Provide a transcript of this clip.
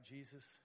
Jesus